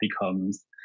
becomes